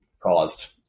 caused